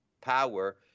power